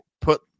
put